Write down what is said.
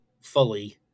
fully